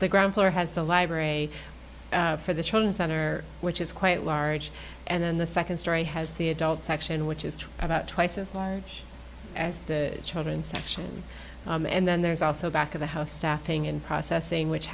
the ground floor has the library for the trauma center which is quite large and then the second story has the adult section which is about twice as large as the children's section and then there's also back of the house staffing and processing which